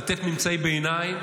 לתת ממצאי ביניים,